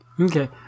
Okay